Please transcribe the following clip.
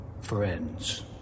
friends